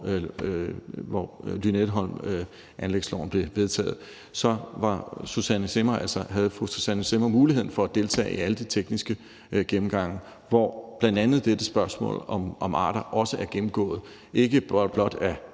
hvor Lynetteholmanlægsloven blev vedtaget, havde fru Susanne Zimmer muligheden for at deltage i alle de tekniske gennemgange, hvor bl.a. dette spørgsmål om arter også blev gennemgået – ikke blot af